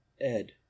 Ed